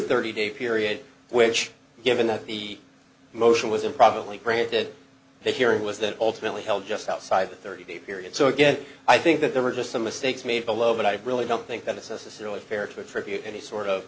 thirty day period which given that the motion was improbably granted the hearing was that ultimately held just outside the thirty day period so again i think that there were just some mistakes made below but i really don't think that it's necessarily fair to attribute any sort of